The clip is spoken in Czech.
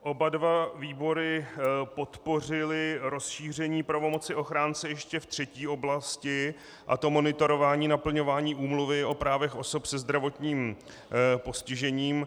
Oba dva výbory podpořily rozšíření pravomoci ochránce ještě v třetí oblasti, a to monitorování naplňování Úmluvy o právech osob se zdravotním postižením.